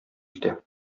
җитә